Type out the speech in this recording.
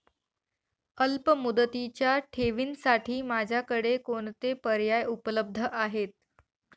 अल्पमुदतीच्या ठेवींसाठी माझ्याकडे कोणते पर्याय उपलब्ध आहेत?